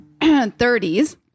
30s